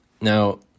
Now